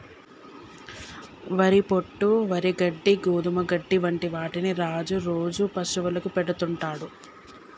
వరి పొట్టు, వరి గడ్డి, గోధుమ గడ్డి వంటి వాటిని రాజు రోజు పశువులకు పెడుతుంటాడు